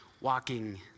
walking